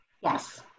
Yes